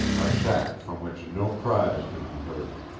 a shack from which no cries could be heard